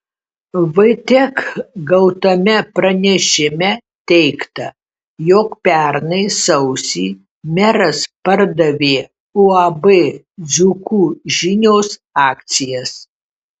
vtek gautame pranešime teigta jog pernai sausį meras pardavė uab dzūkų žinios akcijas